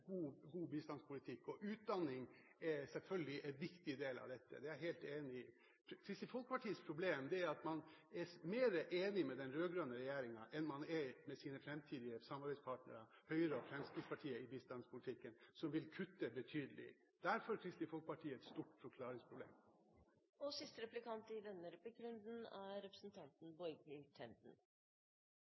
god bistandspolitikk. Utdanning er selvfølgelig en viktig del av dette, det er jeg helt enig i. Kristelig Folkepartis problem er at man er mer enig med den rød-grønne regjeringen i bistandspolitikken enn man er med sine framtidige samarbeidspartnere Høyre og Fremskrittspartiet, som vil kutte betydelig. Der får Kristelig Folkeparti et stort forklaringsproblem. I Stortingets muntlige spørretime sist onsdag sa statsminister Jens Stoltenberg at han var stolt, men ikke fornøyd med innsatsen denne